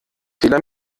fehler